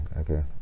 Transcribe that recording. okay